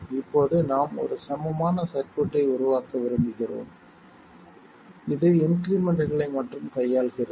இப்போது நாம் ஒரு சமமான சர்க்யூட்டை உருவாக்க விரும்புகிறோம் இது இன்க்ரிமெண்ட்களை மட்டும் கையாள்கிறது